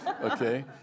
Okay